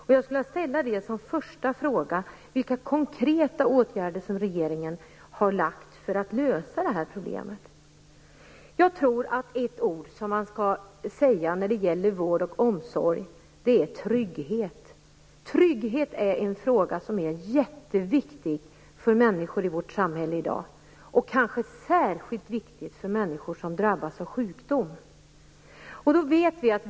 Den första frågan jag vill ställa är: Vilka konkreta åtgärder har regeringen vidtagit för att lösa dessa problem? Jag tror att ett ord som man skall använda när det gäller vård och omsorg är trygghet. Trygghet är jätteviktigt för människor i vårt samhälle i dag, och det är kanske särskilt viktigt för människor som drabbas av sjukdom.